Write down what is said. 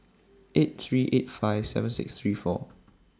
eight three eight five seven six three four